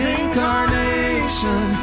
incarnation